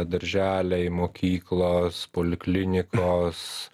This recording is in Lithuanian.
darželiai mokyklos poliklinikos